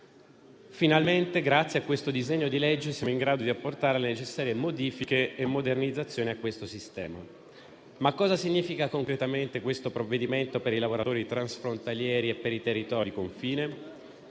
Finalmente, grazie a questo disegno di legge, siamo in grado di apportare le necessarie modifiche e modernizzazioni a questo sistema. Ma cosa significa concretamente questo provvedimento per i lavoratori transfrontalieri e per i territori di confine?